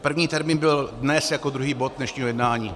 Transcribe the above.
První termín byl dnes jako druhý bod dnešního jednání.